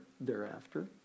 thereafter